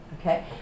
Okay